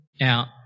out